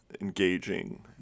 engaging